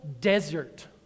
desert